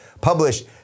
published